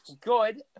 good